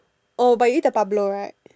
oh but you eat the Pablo right